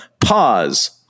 pause